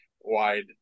wide